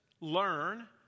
learn